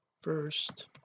first